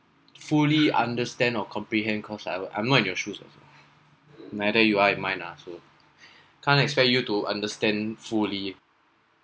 fully understand or comprehend cause I will I' m not in your shoes also neither you are in mind lah so can't expect you to understand fully